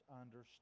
understand